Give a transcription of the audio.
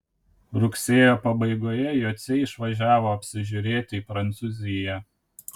rugsėjo pabaigoje jociai išvažiavo apsižiūrėti į prancūziją